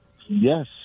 Yes